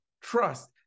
trust